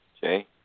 Jay